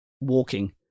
walking